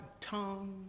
tongue